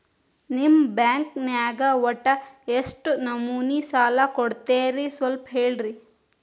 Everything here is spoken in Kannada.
ನಿಮ್ಮ ಬ್ಯಾಂಕ್ ನ್ಯಾಗ ಒಟ್ಟ ಎಷ್ಟು ನಮೂನಿ ಸಾಲ ಕೊಡ್ತೇರಿ ಸ್ವಲ್ಪ ಹೇಳ್ರಿ